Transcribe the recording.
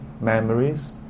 memories